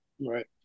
Right